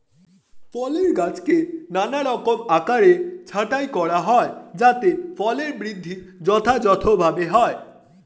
ফলের গাছকে নানারকম আকারে ছাঁটাই করা হয় যাতে ফলের বৃদ্ধি যথাযথভাবে হয়